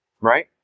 right